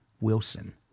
Wilson